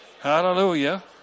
Hallelujah